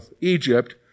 Egypt